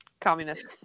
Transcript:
communist